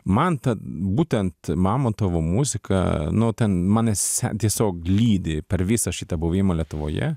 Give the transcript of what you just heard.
man ta būtent mamontovo muzika nu ten manęs tiesiog lydi per visą šitą buvimą lietuvoje